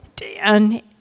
Dan